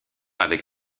avec